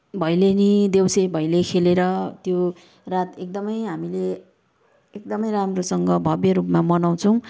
भैलेनी देउसे भैले खेलेर त्यो रात एकदमै हामीले एकदमै राम्रोसँग भव्य रूपमा मनाउँछौँ